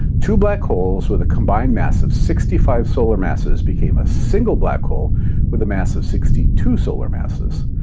two black holes with a combined mass of sixty five solar masses became a single black hole with a mass of sixty two solar masses.